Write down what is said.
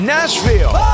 Nashville